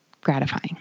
gratifying